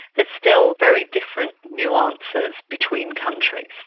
is still very different nuances between countries.